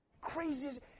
craziest